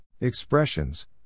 Expressions